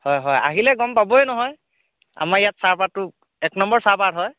হয় হয় আহিলে গম পাবই নহয় আমাৰ ইয়াত চাহপাতটো এক নম্বৰ চাহপাত হয়